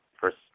first